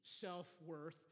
self-worth